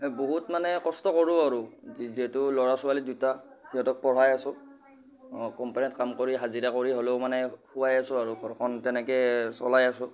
বহুত মানে কষ্ট কৰোঁ আৰু যিহেতু ল'ৰা ছোৱালী দুটা সিহঁতক পঢ়াই আছো কোম্পানীত কাম কৰি হাজিৰা কৰি হ'লেও মানে খুৱাই আছো আৰু ঘৰখন তেনেকৈয়ে চলাই আছো